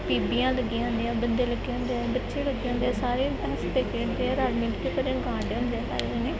ਬੀਬੀਆਂ ਲੱਗੀਆਂ ਹੁੰਦੀਆਂ ਬੰਦੇ ਲੱਗੇ ਹੁੰਦੇ ਆ ਬੱਚੇ ਲੱਗੇ ਹੁੰਦੇ ਆ ਸਾਰੇ ਹੱਸਦੇ ਖੇਡਦੇ ਆ ਰਲ ਮਿਲ ਕੇ ਫੇਰ ਇਹ ਗਾਉਂਦੇ ਹੁੰਦੇ ਆ ਸਾਰੇ ਜਣੇ